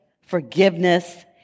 forgiveness